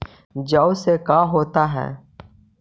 जौ से का होता है?